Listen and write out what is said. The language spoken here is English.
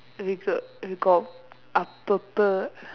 we could we got அப்பப்ப:appappa